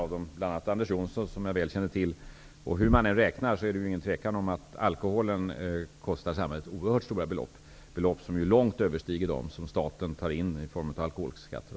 Jag tänker bl.a. på Anders Jonsson, som jag väl känner till. Hur man än räknar råder det inget tvivel om att alkoholen kostar samhället oerhört stora belopp, som vida överstiger vad staten tar in i form av t.ex. alkoholskatter.